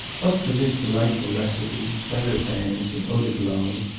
but for this delightful recipe, feather fans, and eau de cologne,